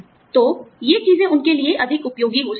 तो ये चीजें उनके लिए अधिक उपयोगी हो सकती हैं